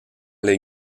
les